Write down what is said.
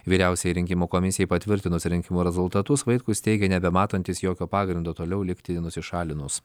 vyriausiajai rinkimų komisijai patvirtinus rinkimų rezultatus vaitkus teigė nebematantis jokio pagrindo toliau likti nusišalinus